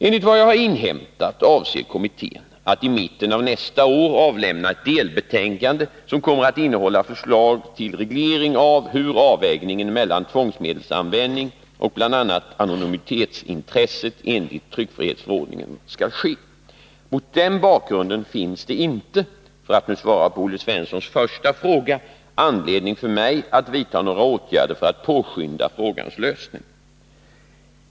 Enligt vad jag har inhämtat avser kommittén att i mitten av nästa år avlämna ett delbetänkande som kommer att innehålla förslag till reglering av hur avvägningen mellan tvångsmedelsanvändning och bl.a. anonymitetsintresset enligt tryckfrihetsförordningen skall ske. Mot den bakgrunden finns det inte — för att nu svara på Olle Svenssons första fråga — anledning för mig att vidta några åtgärder för att påskynda frågans lösning.